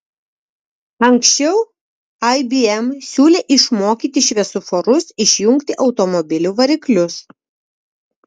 ankščiau ibm siūlė išmokyti šviesoforus išjungti automobilių variklius